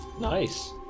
Nice